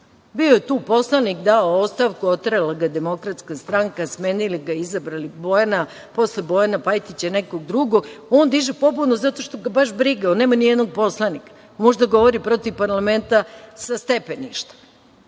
Bio je tu poslanik, dao je ostavku, oterala ga je Demokratska stranka, smenili ga, izabrali Bojana, posle Bojana Pajtića nekog drugog i on može da diže pobunu zato što ga je baš briga, nema ni jednog poslanika. Može da govori protiv parlamenta sa stepeništa. Boško